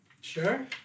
Sure